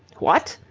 what?